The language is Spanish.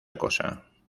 cosa